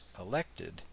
elected